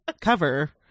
cover